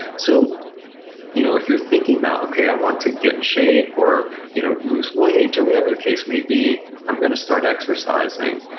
so you know if you're thinking about, okay, i want to get in shape. or you know lose weight, or whatever the case may be, i'm going to start exercising.